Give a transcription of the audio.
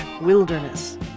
wilderness